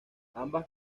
ambas